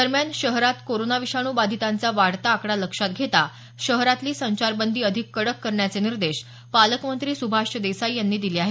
दरम्यान शहरात कोरोना विषाणू बाधितांचा वाढता आकडा लक्षात घेता शहरातही संचारबंदी अधिक कडक करण्याचे निर्देश पालकमंत्री सुभाष देसाई यांनी दिले आहेत